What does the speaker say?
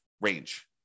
range